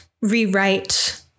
rewrite